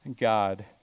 God